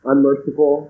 Unmerciful